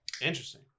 Interesting